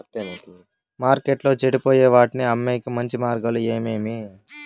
మార్కెట్టులో చెడిపోయే వాటిని అమ్మేకి మంచి మార్గాలు ఏమేమి